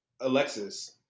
Alexis